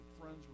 friends